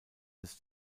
des